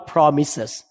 Promises